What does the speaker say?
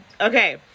Okay